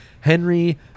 Henry